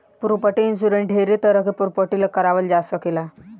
property insurance ढेरे तरह के प्रॉपर्टी ला कारवाल जा सकेला